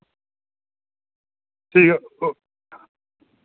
ठीक ऐ ओ